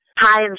Hi